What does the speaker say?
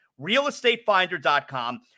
realestatefinder.com